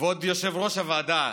כבוד יושב-ראש הוועדה,